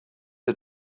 had